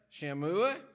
Shamua